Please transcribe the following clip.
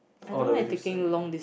all the way to Siberia